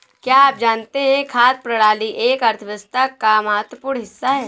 क्या आप जानते है खाद्य प्रणाली एक अर्थव्यवस्था का महत्वपूर्ण हिस्सा है?